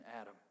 Adam